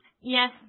Yes